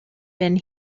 been